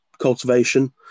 cultivation